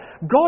God